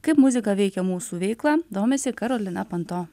kaip muzika veikia mūsų veiklą domisi karolina panto